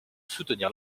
soutenir